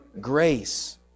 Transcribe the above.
Grace